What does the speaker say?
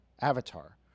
Avatar